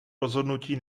rozhodnutí